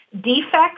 Defects